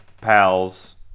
pals